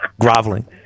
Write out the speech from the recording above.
Groveling